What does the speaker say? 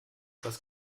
was